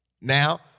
Now